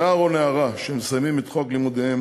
נער או נערה שמסיימים את חוק לימודיהם